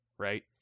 Right